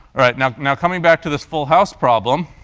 right. now now coming back to this full house problem,